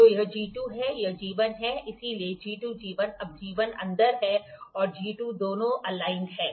तो यह G 2 है यह G 1 है इसलिए G 2 G 1 अब G 1 अंदर है और G 2 दोनों संरेखित हैं